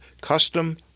custom